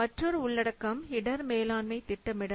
மற்றொரு உள்ளடக்கம் இடர் மேலாண்மை திட்டமிடல்